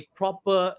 proper